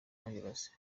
angeles